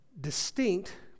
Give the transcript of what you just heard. distinct